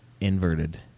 inverted